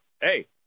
hey